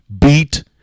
Beat